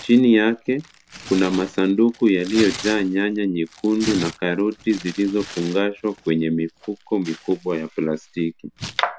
Chini yake kuna masanduku yaliyojaa nyanya nyekundu na karoti zilizofungashwa kwenye mifuko mikubwa ya plastiki.